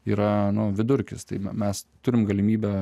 yra nu vidurkis tai mes turim galimybę